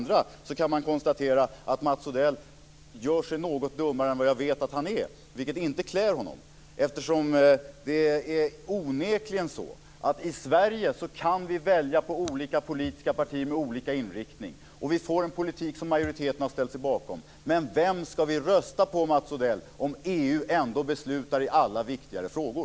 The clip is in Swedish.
Dessutom kan man konstatera att Mats Odell gör sig något dummare än jag vet att han är, vilket inte klär honom, eftersom det onekligen är så att vi i Sverige kan välja mellan olika politiska partier med olika inriktning. Vi får en politik som majoriteten har ställt sig bakom. Men vem ska vi rösta på, Mats Odell, om EU ändå beslutar i alla viktigare frågor?